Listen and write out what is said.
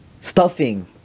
stuffing